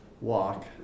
walk